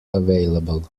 available